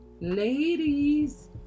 Ladies